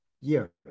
year